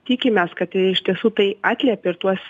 tikimės kad iš tiesų tai atliepia ir tuos